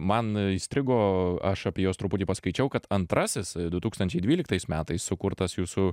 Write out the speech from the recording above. man įstrigo aš apie juos truputį paskaičiau kad antrasis du tūkstančiai dvyliktais metais sukurtas jūsų